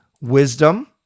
Wisdom